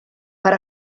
per